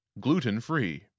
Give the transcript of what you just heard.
Gluten-free